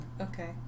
Okay